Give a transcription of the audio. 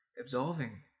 absolving